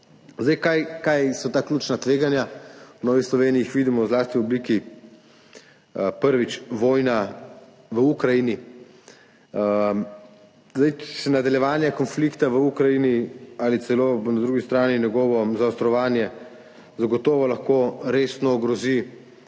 Kaj so ta ključna tveganja? V Novi Sloveniji jih vidimo zlasti v obliki … Prvič, vojna v Ukrajini. Nadaljevanje konflikta v Ukrajini ali celo na drugi strani njegovo zaostrovanje zagotovo lahko resno ogrozi